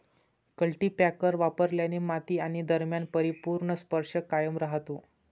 cultipacker वापरल्याने माती आणि दरम्यान परिपूर्ण स्पर्श कायम राहतो